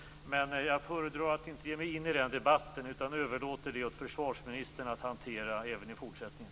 Men jag föredrar att inte ge mig in i den debatten utan överlåter åt försvarsministern att hantera detta även i fortsättningen.